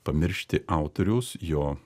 pamiršti autorius jo